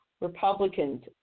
Republicans